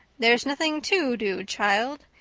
there's nothing to do, child,